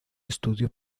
estudió